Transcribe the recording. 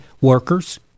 workers